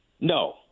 No